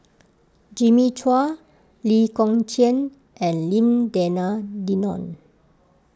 Jimmy Chua Lee Kong Chian and Lim Denan Denon